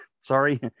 Sorry